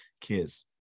kids